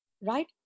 right